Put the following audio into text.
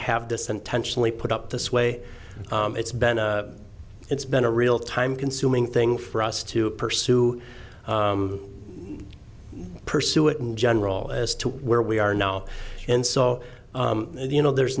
have this intentionally put up this way it's been a it's been a real time consuming thing for us to pursue pursue it and general as to where we are now and so you know there's